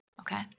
okay